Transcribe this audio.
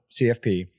cfp